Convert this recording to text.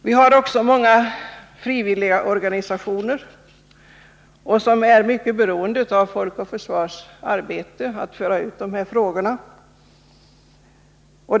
Det finns också många frivilliga organisationer som är mycket beroende av Folk och försvars arbete för att föra ut försvarsoch säkerhetsfrågor.